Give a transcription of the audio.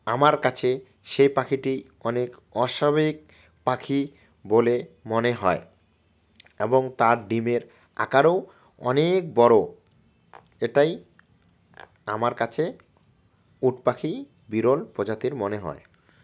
আমার কাছে সেই পাখিটি অনেক অস্বাভাবিক পাখি বলে মনে হয় এবং তার ডিমের আকারও অনেক বড়ো এটাই আমার কাছে উট পাখি বিরল প্রজাতির মনে হয়